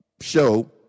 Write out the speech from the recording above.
show